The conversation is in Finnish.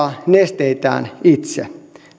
nesteitään itse